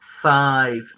five